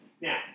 Now